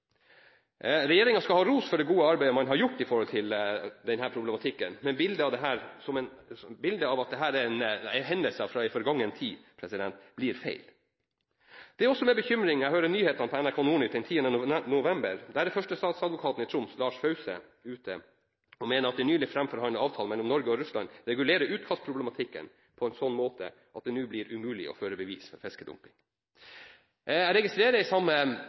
skal ha ros for det gode arbeidet man har gjort når det gjelder denne problematikken, men bildet av at dette er en hendelse fra en forgangen tid, blir feil. Det er også med bekymring jeg hørte nyhetene på NRK Nordnytt den 10. november, der førstestatsadvokaten i Troms, Lars Fause, er ute og mener at den nylig framforhandlede avtalen mellom Norge og Russland regulerer utkastproblematikken på en sånn måte at det nå blir umulig å føre bevis for fiskedumping. Jeg registrerer i samme